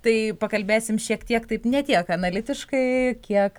tai pakalbėsim šiek tiek taip ne tiek analitiškai kiek